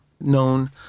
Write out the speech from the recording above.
known